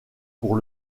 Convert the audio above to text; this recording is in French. pour